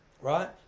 right